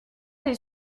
des